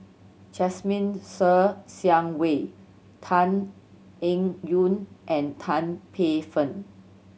Jasmine Ser Xiang Wei Tan Eng Yoon and Tan Paey Fern